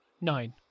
Nine